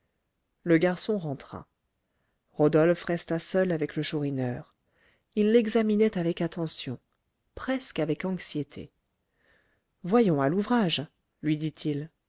le garçon rentra rodolphe resta seul avec le chourineur il l'examinait avec attention presque avec anxiété voyons à l'ouvrage lui dit-il